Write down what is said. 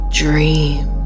dream